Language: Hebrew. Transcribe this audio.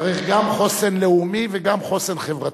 צריך גם חוסן לאומי וגם חוסן חברתי.